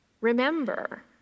remember